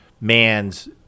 man's